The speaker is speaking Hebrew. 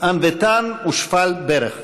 ענוותן ושפל ברך,